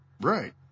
Right